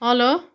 hello